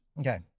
Okay